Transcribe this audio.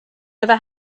never